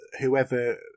whoever